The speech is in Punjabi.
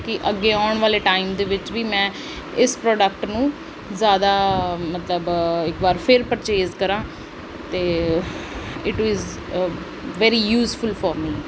ਕਿ ਅੱਗੇ ਆਉਣ ਵਾਲੇ ਟਾਈਮ ਦੇ ਵਿੱਚ ਵੀ ਮੈਂ ਇਸ ਪ੍ਰੋਡਕਟ ਨੂੰ ਜ਼ਿਆਦਾ ਮਤਲਬ ਇਕ ਵਾਰ ਫਿਰ ਪਰਚੇਜ ਕਰਾਂ ਅਤੇ it is very useful for me